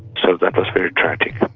so that was very tragic.